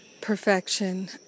perfection